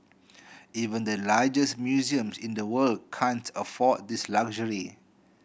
even the largest museums in the world can't afford this luxury